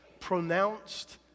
pronounced